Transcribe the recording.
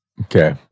Okay